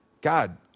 God